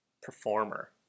performer